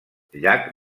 llac